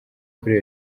kuri